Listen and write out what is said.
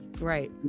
right